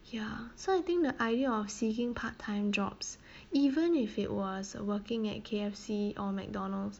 ya so I think the idea of seeking part time jobs even if it was working at K_F_C or McDonald's